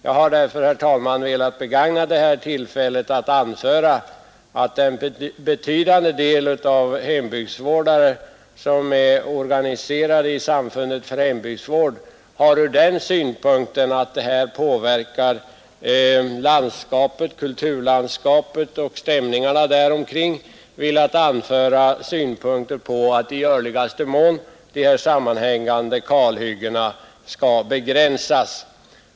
Jag har därför, herr talman, velat begagna detta tillfälle att anföra att en betydande del av de hembygdsvårdare som är organiserade i Samfundet för hembygdsvård anser att dessa sammanhängande kalhyggen påverkar kulturlandskapet och stämningarna där och att de därför i görligaste mån skall begränsas.